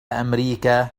أمريكا